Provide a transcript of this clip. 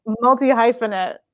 multi-hyphenate